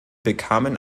bekamen